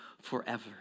forever